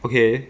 okay